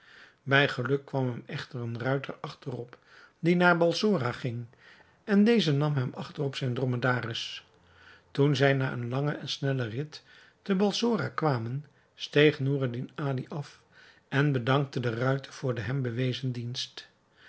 bij geluk kwam hem echter een ruiter achter op die naar balsora ging en deze nam hem achter op zijn drommedaris toen zij na een langen en snellen rid te balsora kwamen steeg noureddin ali af en bedankte den ruiter voor de hem bewezen dient